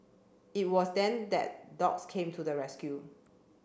it was then that dogs came to the rescue